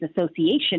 Association